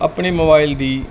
ਆਪਣੇ ਮੋਬਾਈਲ ਦੀ